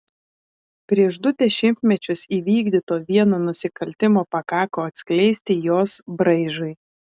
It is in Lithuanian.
prieš du dešimtmečius įvykdyto vieno nusikaltimo pakako atskleisti jos braižui